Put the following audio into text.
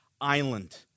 island